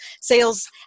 sales